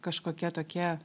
kažkokie tokie